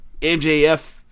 MJF